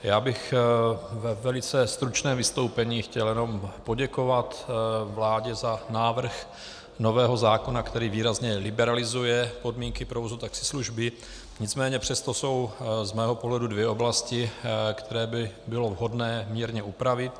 Já bych ve velice stručném vystoupení chtěl jenom poděkovat vládě za návrh nového zákona, který výrazně liberalizuje podmínky pro vozy taxislužby, nicméně přesto jsou z mého pohledu dvě oblasti, které by bylo vhodné mírně upravit.